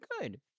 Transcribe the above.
good